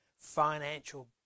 financial